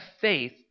faith